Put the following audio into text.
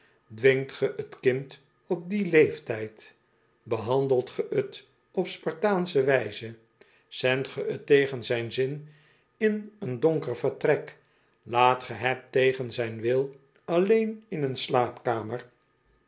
dwingt ge t kind op dien leeftijd behandelt ge het op spartaansche wijze zendt ge bet tegen zijn zin in een donker vertrek laat ge het tegen zijn wil alleen in een slaapkamer